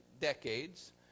decades